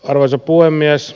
arvoisa puhemies